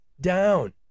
down